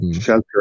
Shelter